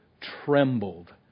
trembled